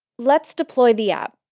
let's deploy the app.